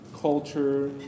culture